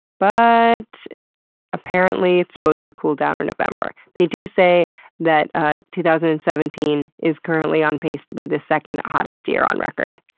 but apparently it's supposed to cool down in november. they do say that ah two thousand and seventeen is currently on pace to be the second hottest year on record.